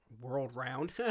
world-round